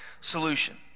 solution